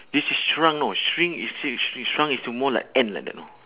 this is shrunk know shrink is actually uh shrink shrunk is to more like ant like that know